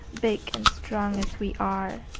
big and strong as we are,